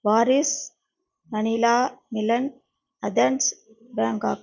Paris Manila Milan Athens Bangkok